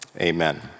amen